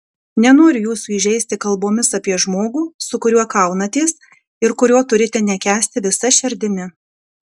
nenoriu jūsų įžeisti kalbomis apie žmogų su kuriuo kaunatės ir kurio turite nekęsti visa širdimi